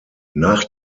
nach